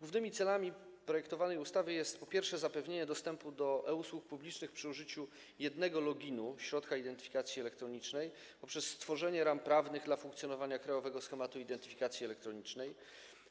Głównymi celami projektowanej ustawy są: po pierwsze, zapewnienie dostępu do e-usług publicznych przy użyciu jednego loginu, środka identyfikacji elektronicznej, poprzez stworzenie ram prawnych dla funkcjonowania krajowego schematu identyfikacji elektronicznej,